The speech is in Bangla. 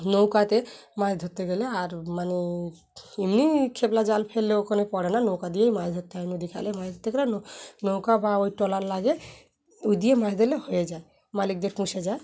নৌকাতে মাছ ধরতে গেলে আর মানে এমনি খেলা জাল ফেললে ওখানে পড়ে না নৌকা দিয়েই মাছ ধরতে হয় নদীতে মাছ ধরতে গেলে নৌকা বা ওই ট্রলার লাগে ওই দিয়ে মাছ ধরলে হয়ে যায় মালিকদের পুষিয়ে যায়